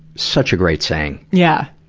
such a great saying. yeah.